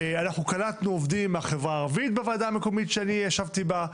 אנחנו קלטנו עובדים מהחברה הערבית בוועדה המקומית שאני ישבתי בה,